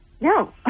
No